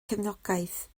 cefnogaeth